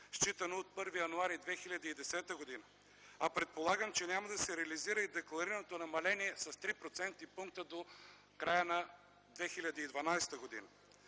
считано от 1 януари 2010 г. А предполагам, че няма да се реализира и декларираното намаление с 3 процентни пункта до края на 2012 г.